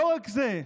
ולא רק זה,